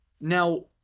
now